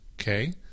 Okay